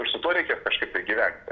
ir su tuo reikia kažkaip gyventi